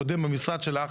הקודם במשרד שלך,